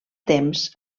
temps